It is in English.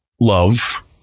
Love